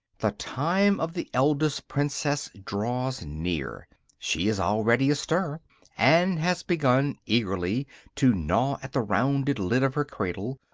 the time of the eldest princess draws near she is already astir, and has begun eagerly to gnaw at the rounded lid of her cradle,